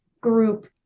group